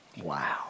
wow